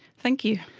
thank you.